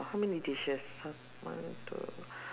how many dishes one two